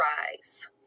rise